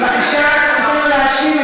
בבקשה תיתן לו להשיב.